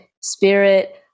spirit